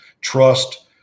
trust